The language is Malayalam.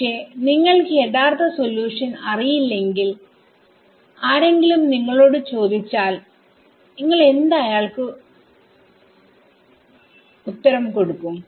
പക്ഷെ നിങ്ങൾക്ക് യഥാർത്ഥ സൊല്യൂഷൻഅറിയില്ലെങ്കിൽ ആരെങ്കിലും നിങ്ങളോട് ചോദിച്ചാൽ നിങ്ങൾ എന്ത് അയാൾക്ക് എന്ത് ഉത്തരം കൊടുക്കും